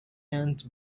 and